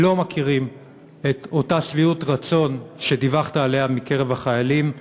לא מכירים את אותה שביעות רצון שדיווחת עליה בקרב החיילים,